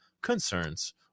concerns